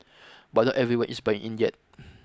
but not everyone is buying in yet